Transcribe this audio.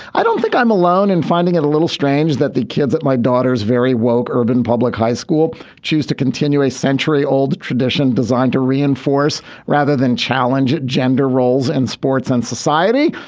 i don't think i'm alone in finding it a little strange that the kids at my daughter's very woke urban public high school choose to continue a century old tradition designed to reinforce rather than challenging gender roles and sports and society.